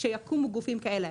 כשיקומו גופים כאלה,